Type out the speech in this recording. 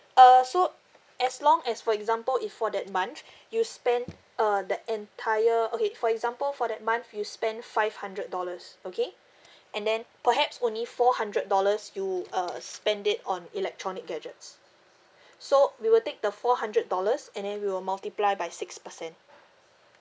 uh so as long as for example if for that month you spend uh the entire okay for example for that month you spend five hundred dollars okay and then perhaps only four hundred dollars you uh spend it on electronic gadgets so we will take the four hundred dollars and then we will multiply by six percent